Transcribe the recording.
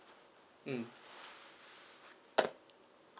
mm